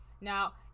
Now